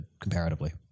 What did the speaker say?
comparatively